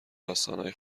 داستانای